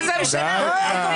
--- עובד,